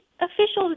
officials